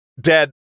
Dad